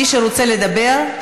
מי שרוצה לדבר,